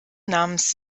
namens